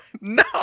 No